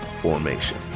formation